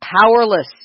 powerless